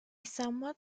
somewhat